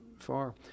Far